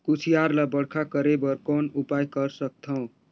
कुसियार ल बड़खा करे बर कौन उपाय कर सकथव?